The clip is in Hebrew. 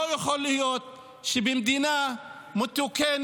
לא יכול להיות שבמדינה מתוקנת